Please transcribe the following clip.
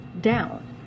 down